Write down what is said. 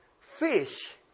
fish